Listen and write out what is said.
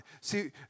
See